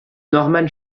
norman